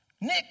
Nick